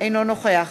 אינו נוכח